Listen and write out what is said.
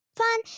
fun